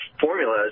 formulas